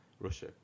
Russia